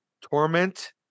torment